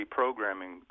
programming